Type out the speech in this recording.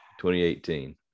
2018